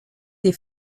des